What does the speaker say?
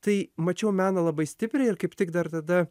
tai mačiau meną labai stipriai ir kaip tik dar tada